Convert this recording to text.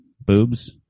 Boobs